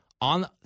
on